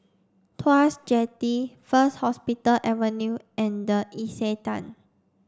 Tuas Jetty First Hospital Avenue and The Istana